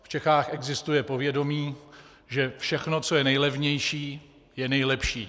V Čechách existuje povědomí, že všechno, co je nejlevnější, je nejlepší.